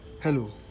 Hello